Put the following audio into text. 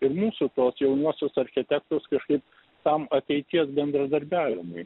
ir mūsų tuos jaunuosius architektus kažkaip tam ateities bendradarbiavimui